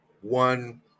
one